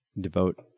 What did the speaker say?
devote